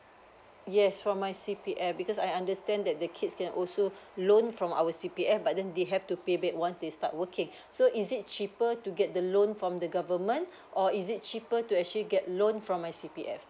yes for my C_P_F because I understand that the kids can also loan from our C_P_F but then they have to pay back once they start working so is it cheaper to get the loan from the government or is it cheaper to actually get loan from my C_P_F